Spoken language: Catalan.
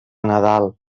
nadal